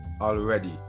already